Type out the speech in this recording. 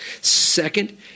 Second